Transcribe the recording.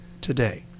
today